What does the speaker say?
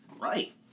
Right